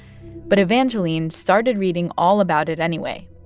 but evangeline started reading all about it anyway,